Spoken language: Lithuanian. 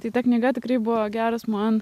tai ta knyga tikrai buvo geras man